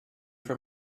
for